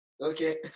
okay